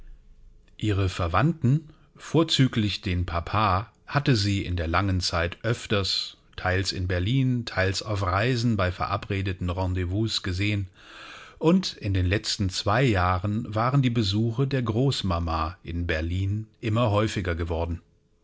ihre verwandten vorzüglich den papa hatte sie in der langen zeit öfters teils in berlin teils auf reisen bei verabredeten rendezvous gesehen und in den letzten zwei jahren waren die besuche der großmama in berlin immer häufiger geworden